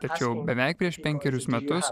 tačiau beveik prieš penkerius metus